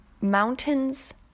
mountains